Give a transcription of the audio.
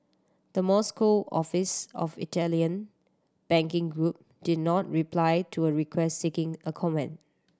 the Moscow office of Italian banking group did not reply to a request seeking a comment